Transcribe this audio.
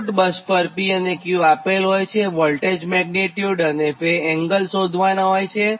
load bus પર P અને Q આપેલ હોય છે વોલ્ટેજ મેગ્નીટ્યુડ અને એંગલ શોધવાનાં હોય છે